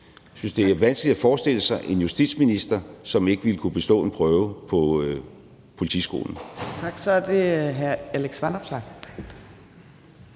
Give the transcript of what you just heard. Jeg synes, det er vanskeligt at forestille sig en justitsminister, som ikke ville kunne bestå en prøve på politiskolen.